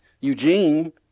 Eugene